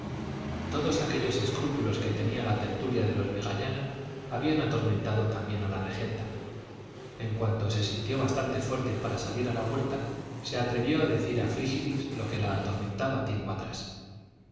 todos aquellos escrúpulos que tenía la tertulia de los vegallana habían atormentado también a la regenta en cuanto se sintió bastante fuerte para salir a la huerta se atrevió a decir a frígilis lo que la atormentaba tiempo atrás yo